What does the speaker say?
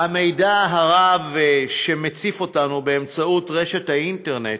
המידע הרב שמציף אותנו באמצעות האינטרנט,